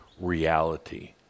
reality